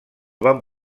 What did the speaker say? van